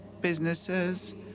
businesses